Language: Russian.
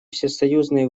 всесоюзные